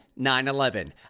9-11